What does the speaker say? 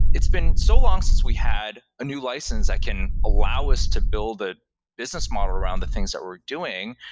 it's been so long since we had a new license that can allow us to build a business model around the things that we're doing.